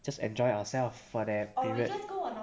just enjoy ourself for that period